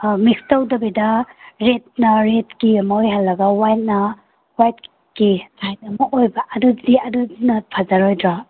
ꯑꯥ ꯃꯤꯛꯁ ꯇꯧꯗꯕꯤꯗ ꯔꯦꯠꯅ ꯔꯦꯠꯀꯤ ꯑꯃ ꯑꯣꯏꯍꯜꯂꯒ ꯋꯥꯏꯠꯅ ꯋꯥꯏꯠꯀꯤ ꯁꯥꯏꯠ ꯑꯃ ꯑꯣꯏꯕ ꯑꯗꯨꯗꯤ ꯑꯗꯨꯅ ꯐꯖꯔꯣꯏꯗ꯭ꯔꯣ